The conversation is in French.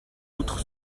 outre